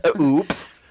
Oops